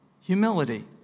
Humility